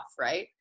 right